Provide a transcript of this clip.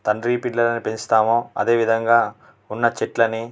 తండ్రి పిల్లలని పెంచుతామో అదేవిధంగా ఉన్న చెట్లని